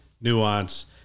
Nuance